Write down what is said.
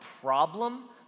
problem